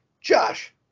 Josh